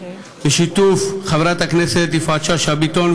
בשיתוף חברת הכנסת יפעת שאשא ביטון,